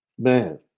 man